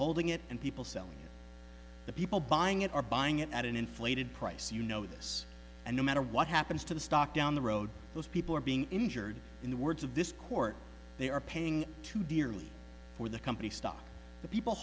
holding it and people selling the people buying it are buying it at an inflated price you know this and no matter what happens to the stock down the road those people are being injured in the words of this court they are paying too dearly for the company stock the people